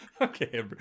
Okay